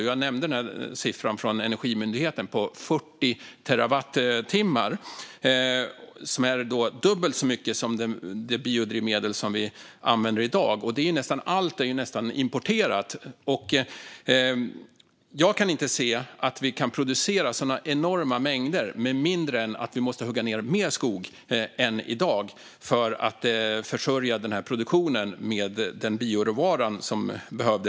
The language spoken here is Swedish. Jag nämnde siffran från Energimyndigheten på 40 terawattimmar. Det är dubbelt så mycket som det biodrivmedel vi använder i dag, och nästan allt är importerat. Jag kan inte se att vi kan producera sådana enorma mängder med mindre än att vi måste hugga ned mer skog än i dag för att försörja den här produktionen med den bioråvara som behövs.